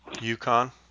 Yukon